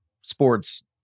sports